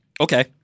Okay